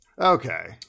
Okay